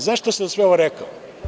Zašto sam sve ovo rekao?